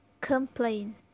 Complain